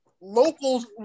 locals